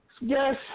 yes